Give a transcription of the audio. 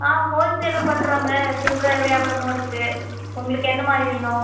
ஆ ஹோல் சேலும் பண்றோங்க சில்லற வியாபாரமும் இருக்கு உங்களுக்கு எந்த மாதிரி வேணும்